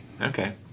Okay